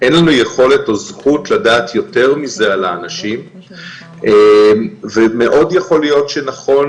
אין לנו יכולת או זכות לדעת יותר מזה על האנשים ומאוד יכול להיות שנכון